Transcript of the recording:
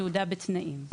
תעודה בתנאים.